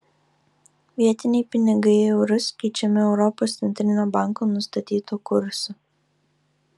vietiniai pinigai į eurus keičiami europos centrinio banko nustatytu kursu